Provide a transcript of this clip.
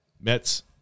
Mets